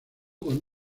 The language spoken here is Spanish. con